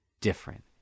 different